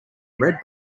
red